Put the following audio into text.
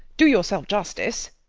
do yourself justice.